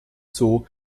zoo